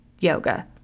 yoga